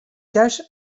cache